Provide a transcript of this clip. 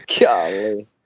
Golly